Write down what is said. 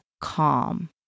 calm